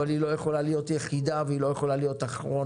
אבל היא לא יכולה להיות יחידה והיא לא יכולה להיות אחרונה.